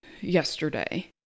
yesterday